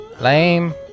Lame